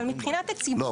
אבל מבחינת הציבור --- לא,